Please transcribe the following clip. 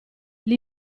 gli